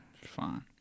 fine